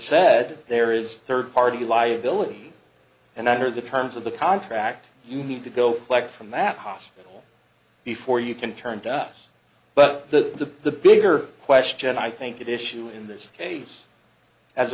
said there is a third party liability and under the terms of the contract you need to go collect from that hospital before you can turn to us but the bigger question i think it issue in this case as